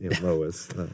Lois